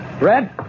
Red